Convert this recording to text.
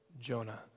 Jonah